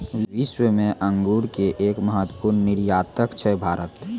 विश्व मॅ अंगूर के एक महत्वपूर्ण निर्यातक छै भारत